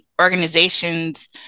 organizations